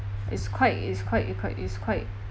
it's quite it's quite it's quite it's quite